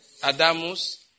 adamus